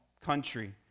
country